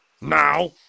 Now